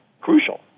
crucial